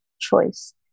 choice